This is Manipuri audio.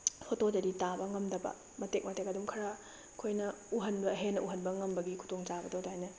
ꯐꯣꯇꯣꯗꯗꯤ ꯇꯥꯕ ꯉꯝꯗꯕ ꯃꯇꯦꯛ ꯃꯇꯦꯛ ꯑꯗꯨꯝ ꯈꯔ ꯑꯩꯈꯣꯏꯅ ꯎꯍꯟꯕ ꯍꯦꯟꯅ ꯎꯍꯟꯕ ꯉꯝꯕꯒꯤ ꯈꯨꯗꯣꯡꯆꯥꯕꯗꯣ ꯑꯗꯨꯃꯥꯏꯅ